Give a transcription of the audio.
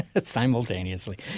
simultaneously